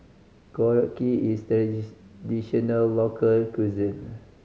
korokke is a local cuisine